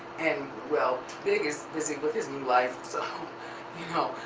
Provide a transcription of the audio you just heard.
and, well, big is busy with his new life, so you know,